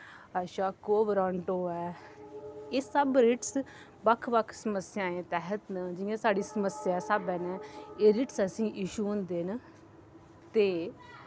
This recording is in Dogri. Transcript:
अच्छा कोबरांटो ऐ एह् सब रिटस बक्ख बक्ख समस्याएं दे तैह्त न जि'यां साढ़ी समस्या स्हाबै कन्नै एह् रिटस असें गी इशू होंदे न ते